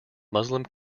muslim